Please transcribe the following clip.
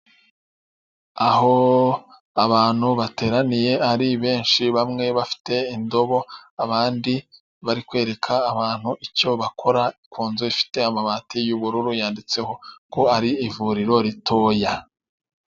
Aho abantu bateraniye ari benshi. Bamwe bafite indobo, abandi bari kwereka abantu icyo bakora, ku nzu ifite amabati y'ubururu, yanditseho ko ari ivuriro ritoya.